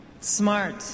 smart